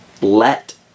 let